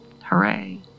Hooray